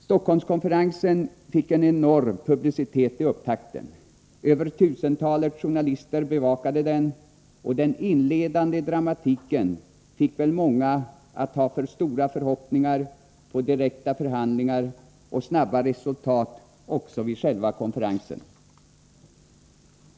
Stockholmskonferensen fick en enorm publicitet i upptakten, över tusentalet journalister bevakade den, och den inledande dramatiken fick väl många att ha för stora förhoppningar på direkta förhandlingar och snabba resultat också vid själva konferensen.